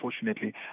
unfortunately